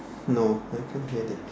no I can't hear that